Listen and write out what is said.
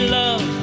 love